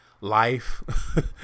life